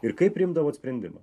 ir kaip priimdavot sprendimą